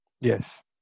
Yes